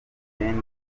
imyenda